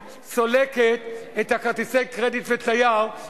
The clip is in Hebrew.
המציאות הנוכחית כרגע היא מציאות שבה שאול החייט ודהרי מחומרי